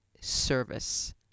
service